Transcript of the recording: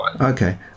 Okay